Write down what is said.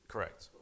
Correct